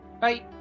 Bye